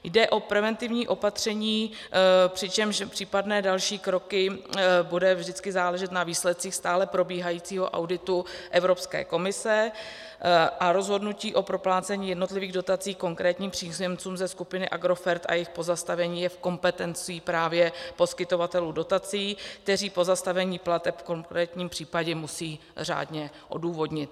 Jde o preventivní opatření, přičemž případné další kroky bude vždycky záležet na výsledku stále probíhajícího auditu Evropské komise a rozhodnutí o proplácení jednotlivých dotací konkrétních příjemcům ze skupiny Agrofert a jejich pozastavení je v kompetenci právě poskytovatelů dotací, kteří pozastavení plateb v konkrétním případě musí řádně odůvodnit.